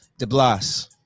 DeBlas